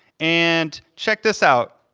and check this out,